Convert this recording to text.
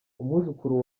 umwuzukuru